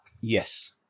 Yes